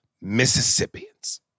Mississippians